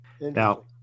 Now